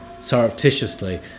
surreptitiously